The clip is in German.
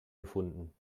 gefunden